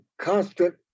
constant